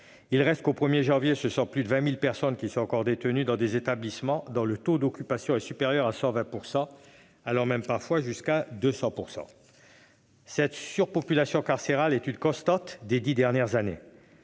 moins qu'au 1 janvier 2021 ce sont plus de 20 000 personnes qui sont encore détenues dans des établissements, dont le taux d'occupation est supérieur à 120 %, allant même parfois jusqu'à 200 %. Cette surpopulation carcérale est une constante des dix dernières années.